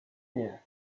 nie